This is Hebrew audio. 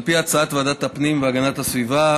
על פי הצעת ועדת הפנים והגנת הסביבה,